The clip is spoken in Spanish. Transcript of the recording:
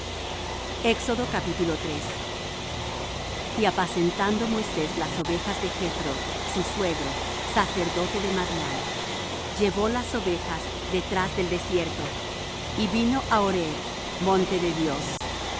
y reconociólos dios y apacentando moisés las ovejas de jethro su suegro sacerdote de madián llevó las ovejas detrás del desierto y vino á horeb monte de dios